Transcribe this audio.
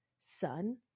son